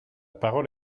parole